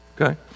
okay